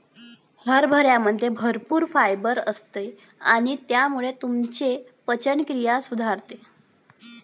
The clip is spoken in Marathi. हरभऱ्यामध्ये भरपूर फायबर असते आणि त्यामुळे तुमची पचनक्रिया सुधारते